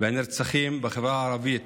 והנרצחים בחברה הערבית